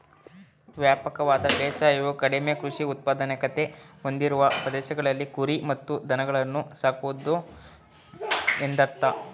ವ್ಯಾಪಕವಾದ ಬೇಸಾಯವು ಕಡಿಮೆ ಕೃಷಿ ಉತ್ಪಾದಕತೆ ಹೊಂದಿರುವ ಪ್ರದೇಶಗಳಲ್ಲಿ ಕುರಿ ಮತ್ತು ದನಗಳನ್ನು ಸಾಕುವುದು ಎಂದರ್ಥ